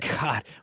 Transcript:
God